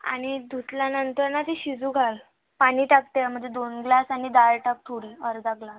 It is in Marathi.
आणि धुतल्यानंतर नं ते शिजू घाल पाणी टाक त्यामध्ये दोन ग्लास आणि डाळ टाक थोडी अर्धा ग्लास